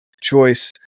Choice